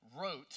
wrote